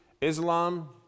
Islam